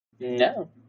No